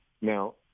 now